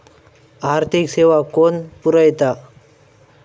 आर्थिक सेवा कोण पुरयता?